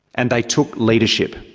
and they took leadership.